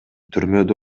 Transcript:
түрмөдө